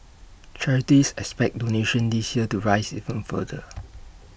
charities expect donations this year to rise even further